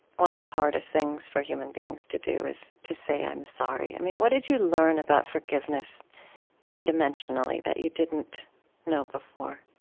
one of the hardest things for human beings to do is to say, i'm sorry. i mean, what did you learn about forgiveness three-dimensionally that you didn't know before?